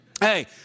Hey